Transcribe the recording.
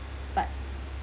but